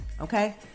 okay